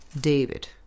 david